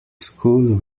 school